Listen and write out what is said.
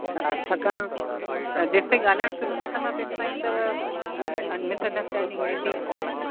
अच्छा छाकाणि त जेसि तईं ॻाल्हाइण शुरू न कंदा तेसि तईं त हूअ मिसअंडरस्टैंडिंग वेंदी बि कोन्ह